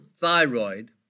thyroid